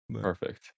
Perfect